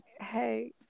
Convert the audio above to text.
hey